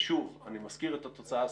ושוב, אני מזכיר את התוצאה הסופית.